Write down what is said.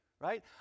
right